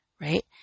right